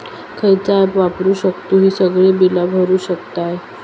खयचा ऍप वापरू शकतू ही सगळी बीला भरु शकतय?